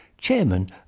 Chairman